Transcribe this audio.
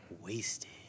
wasted